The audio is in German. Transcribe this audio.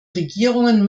regierungen